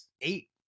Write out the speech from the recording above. eight